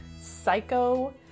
Psycho